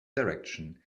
direction